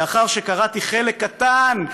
לאחר שקראתי חלק קטן,